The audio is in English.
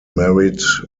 married